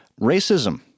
racism